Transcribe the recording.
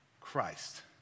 Christ